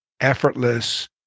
effortless